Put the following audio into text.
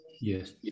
Yes